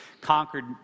conquered